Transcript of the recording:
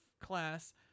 Class